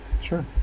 sure